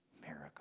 miracle